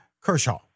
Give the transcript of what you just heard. Kershaw